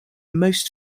most